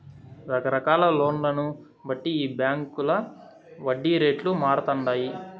రకరకాల లోన్లను బట్టి ఈ బాంకీల వడ్డీ రేట్లు మారతండాయి